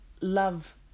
love